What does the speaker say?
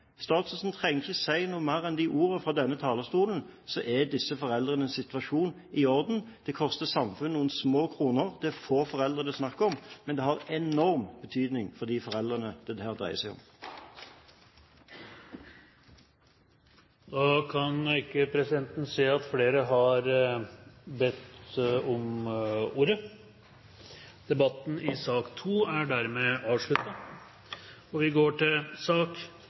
Statsråden trenger ikke si noe mer enn de ordene fra denne talerstolen, og så er disse foreldrenes situasjon i orden. Det koster samfunnet noen små kroner. Det er få foreldre det er snakk om, men det har enorm betydning for de foreldrene det her dreier seg om. Flere har ikke bedt om ordet til sak nr. 2. Etter ønske fra helse- og omsorgskomiteen vil presidenten foreslå at taletiden begrenses til